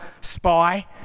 spy